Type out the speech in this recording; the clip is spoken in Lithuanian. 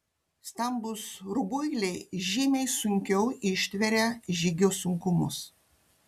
stambūs rubuiliai žymiai sunkiau ištveria žygio sunkumus